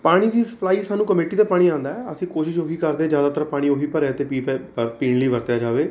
ਪਾਣੀ ਦੀ ਸਪਲਾਈ ਸਾਨੂੰ ਕਮੇਟੀ ਦਾ ਪਾਣੀ ਆਉਂਦਾ ਹੈ ਅਸੀਂ ਕੋਸ਼ਿਸ ਉਹੀ ਕਰਦੇ ਜ਼ਿਆਦਾਤਰ ਪਾਣੀ ਉਹ ਹੀ ਭਰਿਆ ਅਤੇ ਪੀ ਪ ਪੀਣ ਲਈ ਵਰਤਿਆ ਜਾਵੇ